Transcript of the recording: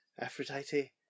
Aphrodite